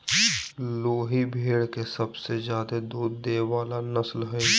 लोही भेड़ के सबसे ज्यादे दूध देय वला नस्ल हइ